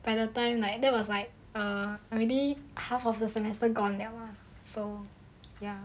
by the time like that was like err already half of the semester gone 了 ya